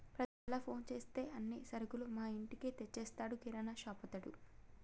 ప్రతి నెల ఫోన్ చేస్తే అన్ని సరుకులు మా ఇంటికే తెచ్చిస్తాడు కిరాణాషాపతడు